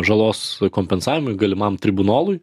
žalos kompensavimui galimam tribunolui